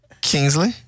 Kingsley